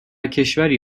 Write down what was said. کشوری